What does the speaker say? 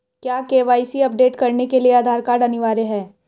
क्या KYC update करने के लिए आधार कार्ड अनिवार्य है?